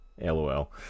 lol